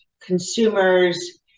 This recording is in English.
consumers